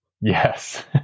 Yes